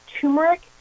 turmeric